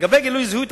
לגבי גילוי זהות,